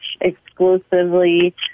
exclusively